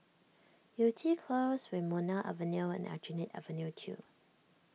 Yew Tee Close Wilmonar Avenue and Aljunied Avenue two